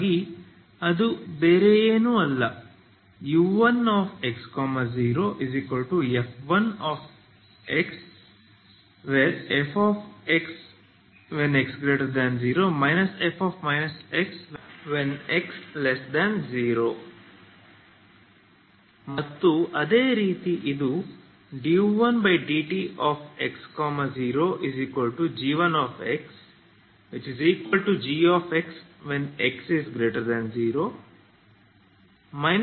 ಹಾಗಾಗಿ ಅದು ಬೇರೆ ಏನೂ ಅಲ್ಲ u1x0f1xfx x0 f x x0 ಮತ್ತು ಅದೇ ರೀತಿ ಇದು u1∂tx0g1xgx x0 g x x0